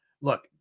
look